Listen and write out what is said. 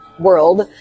World